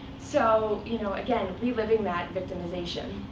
so you know again, reliving that victimization.